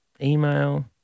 email